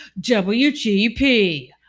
WGP